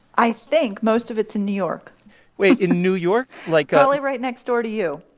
i think most of it's in new york wait. in new york? like. probably right next door to you